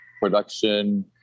production